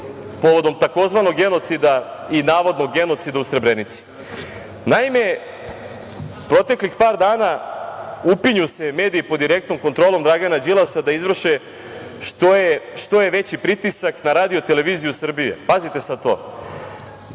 povodom tzv. genocida i navodnog genocida u Srebrenici. Naime, proteklih par dana upinju se mediji pod direktnom kontrolom Dragana Đilasa da izvrše što je veći pritisak na RTS. Pazite sad to,